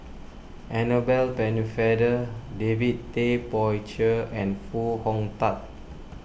Annabel Pennefather David Tay Poey Cher and Foo Hong Tatt